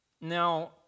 now